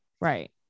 Right